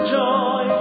joy